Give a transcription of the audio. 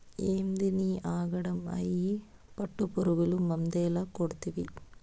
ఏందినీ ఆగడం, అయ్యి పట్టుపురుగులు మందేల కొడ్తివి